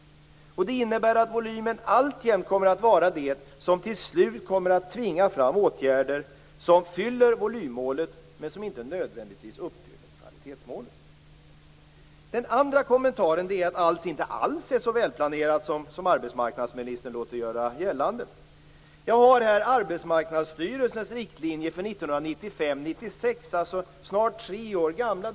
Det innebär att volymen alltjämt kommer att vara det som till slut kommer att tvinga fram åtgärder som uppfyller volymmålet men som inte nödvändigtvis uppfyller kvalitetsmålet. Den andra kommentaren är att allt inte alls är så välplanerat som arbetsmarknadsministern låter göra gällande. Jag har här Arbetsmarknadsstyrelsens riktlinjer för 1995-1996, som alltså snart är tre år gamla.